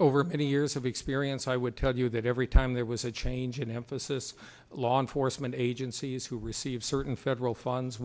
over many years of experience i would tell you that every time there was a change in emphasis law enforcement agencies who receive certain federal funds